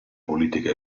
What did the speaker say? politica